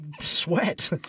sweat